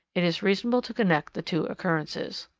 it is reasonable to connect the two occurrences.